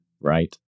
right